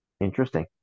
Interesting